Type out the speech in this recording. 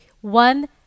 one